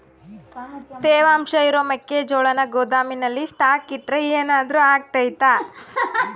ತೇವಾಂಶ ಇರೋ ಮೆಕ್ಕೆಜೋಳನ ಗೋದಾಮಿನಲ್ಲಿ ಸ್ಟಾಕ್ ಇಟ್ರೆ ಏನಾದರೂ ಅಗ್ತೈತ?